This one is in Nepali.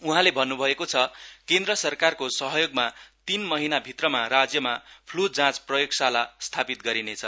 उहाँले भन्न्भएको छ केन्द्र सरकारको सहयोगमा तीन महिना भित्रमा राज्यमा संक्रमण जाँच प्रयोगशाला स्थापित गरिनेछ